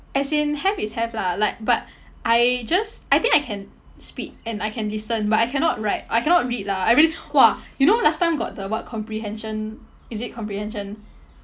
as in have is have lah like but I just I think I can speak and I can listen but I cannot write I cannot read lah I really !wah! you know last time got the what comprehension is it comprehension